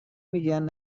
میگن